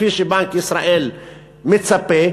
כפי שבנק ישראל מצפה,